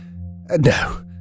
No